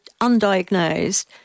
undiagnosed